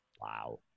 Wow